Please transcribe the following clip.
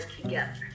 together